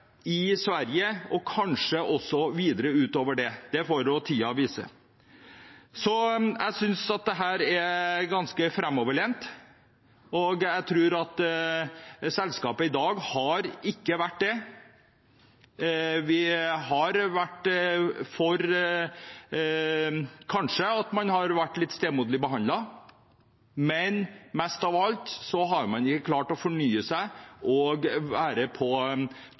og kanskje også videre utover det. Det får nå tiden vise. Så jeg synes dette er ganske framoverlent, og jeg tror selskapet i dag ikke har vært det, kanskje har man blitt litt stemoderlig behandlet, men mest av alt har man ikke klart å fornye seg og være på